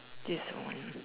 this the one